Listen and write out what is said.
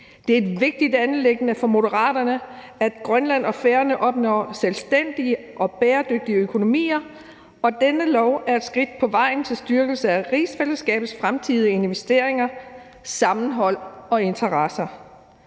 Det er et vigtigt anliggende for Moderaterne, at Grønland og Færøerne opnår selvstændige og bæredygtige økonomier, og dette lovforslag er et skridt på vejen til styrkelse af rigsfællesskabets fremtidige investeringer, sammenhold og interesser.